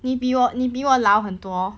你比我你比我老很多